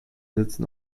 sitzen